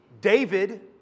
David